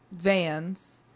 Vans